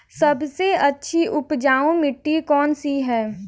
सबसे अच्छी उपजाऊ मिट्टी कौन सी है?